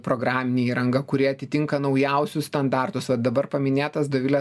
programinė įranga kurie atitinka naujausius standartus vat dabar paminėtas dovilės